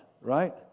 right